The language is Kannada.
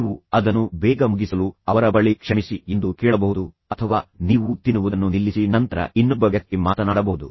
ನೀವು ಅದನ್ನು ಬೇಗ ಮುಗಿಸಲು ಅವರ ಬಳಿ ಕ್ಷಮಿಸಿ ಎಂದು ಕೇಳಬಹುದು ಅಥವಾ ನೀವು ತಿನ್ನುವುದನ್ನು ನಿಲ್ಲಿಸಿ ನಂತರ ಇನ್ನೊಬ್ಬ ವ್ಯಕ್ತಿ ಮಾತನಾಡಬಹುದು